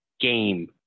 game